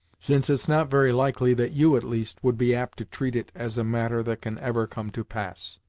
since it's not very likely that you, at least, would be apt to treat it as a matter that can ever come to pass.